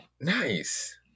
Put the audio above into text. nice